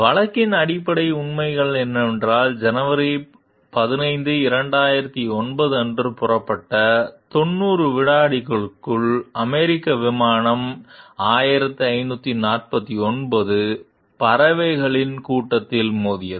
வழக்கின் அடிப்படை உண்மைகள் என்னவென்றால் ஜனவரி 15 2009 அன்று புறப்பட்ட 90 வினாடிகளுக்குள் அமெரிக்க விமானம் 1549 பறவைகளின் கூட்டத்தில் மோதியது